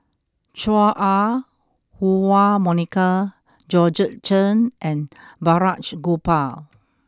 Chua Ah Huwa Monica Georgette Chen and Balraj Gopal